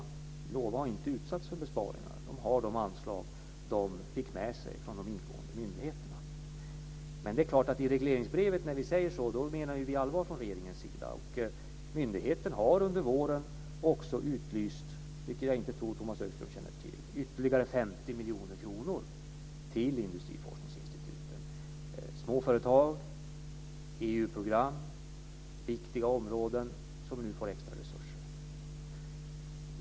Vinnova har inte utsatts för besparingar. Man har de anslag som man fick med sig från de ingående myndigheterna. Men det är klart att när vi i regeringen i regleringsbrevet säger på detta sätt menar vi allvar. Och myndigheten har under våren också utlyst, vilket jag inte tror att Tomas Högström känner till, ytterligare Småföretag och EU-program är viktiga områden som nu får extra resurser.